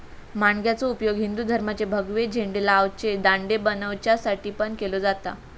माणग्याचो उपयोग हिंदू धर्माचे भगवे झेंडे लावचे दांडे बनवच्यासाठी पण केलो जाता